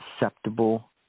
acceptable